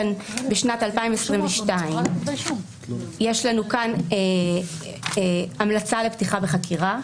שבשנת 2022 יש המלצה לפתיחה בחקירה,